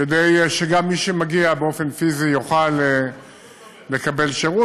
כדי שגם מי שמגיע באופן פיזי יוכל לקבל שירות.